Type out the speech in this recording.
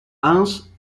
hans